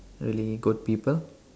really good people